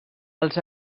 als